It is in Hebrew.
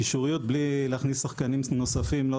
קישוריות בלי להכניס שחקנים נוספים לא